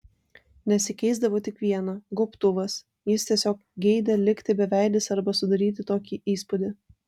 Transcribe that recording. nesikeisdavo tik viena gobtuvas jis tiesiog geidė likti beveidis arba sudaryti tokį įspūdį